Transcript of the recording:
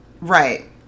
right